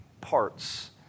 parts